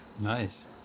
Nice